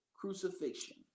crucifixion